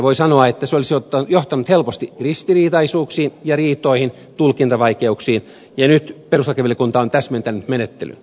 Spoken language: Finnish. voi sanoa että se olisi johtanut helposti ristiriitaisuuksiin ja riitoihin tulkintavaikeuksiin ja nyt perustuslakivaliokunta on täsmentänyt menettelyä